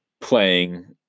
playing